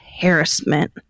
harassment